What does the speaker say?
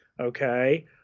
okay